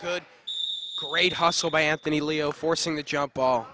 good great hustle by anthony leo forcing the jump ball